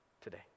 today